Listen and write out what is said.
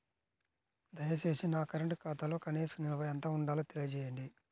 దయచేసి నా కరెంటు ఖాతాలో కనీస నిల్వ ఎంత ఉండాలో తెలియజేయండి